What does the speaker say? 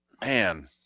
man